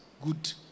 good